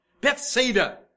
Bethsaida